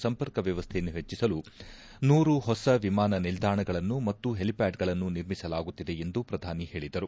ಸಂಪರ್ಕ ವ್ಯವಸ್ಥೆಯನ್ನು ಹೆಚ್ಚಿಸಲು ನೂರು ಹೊಸ ವಿಮಾನ ನಿಲ್ಲಾಣಗಳನ್ನು ಮತ್ತು ಹೆಲಿಪ್ಲಾಡ್ಗಳನ್ನು ನಿರ್ಮಿಸಲಾಗುತ್ತಿದೆ ಎಂದು ಪ್ರಧಾನಿ ಹೇಳಿದರು